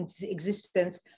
existence